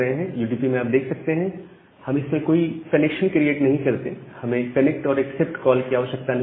UDP में आप देख सकते हैं हम इसमें कोई कनेक्शन क्रिएट नहीं करते हमें कनेक्ट और एक्सेप्ट कॉल की आवश्यकता नहीं होती